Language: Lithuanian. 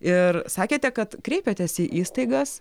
ir sakėte kad kreipėtės į įstaigas